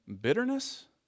bitterness